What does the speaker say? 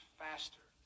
faster